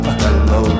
hello